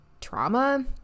trauma